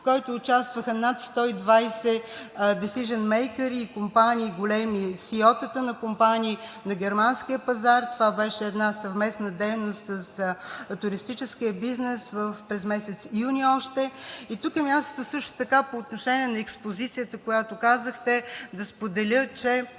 в който участваха над 120 десижън мейкъри и компании – големи, СИО-тата на компании на германския пазар. Това беше една съвместна дейност с туристическия бизнес още през месец юни. И тук е мястото също така по отношение на експозицията, която казахте, да споделя, че